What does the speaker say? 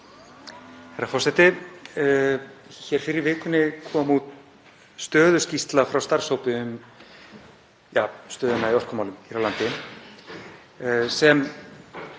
Hér fyrr í vikunni kom út stöðuskýrsla frá starfshópi um stöðuna í orkumálum hér á landi, sem